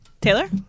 Taylor